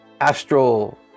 astral